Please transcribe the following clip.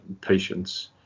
patients